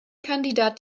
kandidat